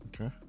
Okay